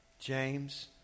James